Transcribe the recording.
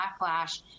backlash